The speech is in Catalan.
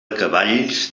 cavalls